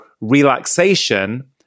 relaxation